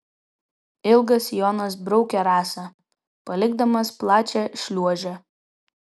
ilgas sijonas braukė rasą palikdamas plačią šliuožę